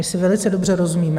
My si velice dobře rozumíme.